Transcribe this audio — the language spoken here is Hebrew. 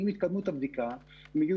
עם התקדמות הבדיקה אם יגידו